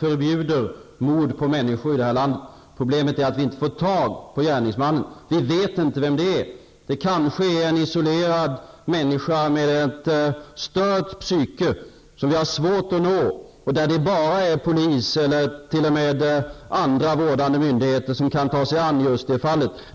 förbjuder mord på människor i det här landet. Problemet är att vi inte får tag på gärningsmannen. Vi vet inte vem det är. Det är kanske en isolerad människa med ett stört psyke, en människa som det är svårt att nå. Det är kanske bara polis eller t.o.m. andra vårdande myndigheter som kan ta sig an just det ifrågavarande fallet.